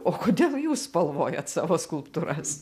o kodėl jūs spalvat savo skulptūras